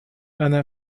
أنا